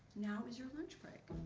now is your lunch break.